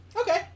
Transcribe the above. Okay